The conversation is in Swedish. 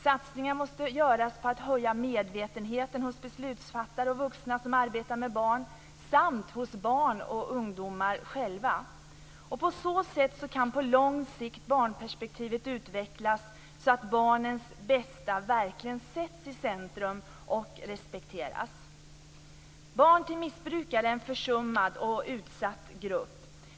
Satsningar måste göras på att höja medvetenheten hos beslutsfattare och vuxna som arbetar med barn samt hos barn och ungdomar själva. På så sätt kan på lång sikt barnperspektivet utvecklas så att barnens bästa verkligen sätts i centrum och respekteras. Barn till missbrukare är en försummad och utsatt grupp.